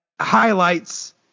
highlights